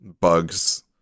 bugs